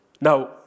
Now